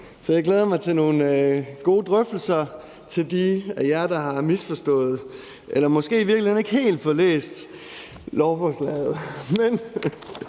så jeg glæder mig til nogle gode drøftelser med de af jer, der har misforstået eller måske i virkeligheden ikke helt fået læst lovforslaget.